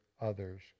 others